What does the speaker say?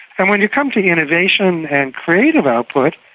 and when you come to innovation and creative output,